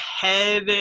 head